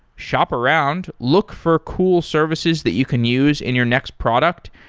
shop around, look for cool services that you can use in your next product,